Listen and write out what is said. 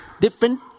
different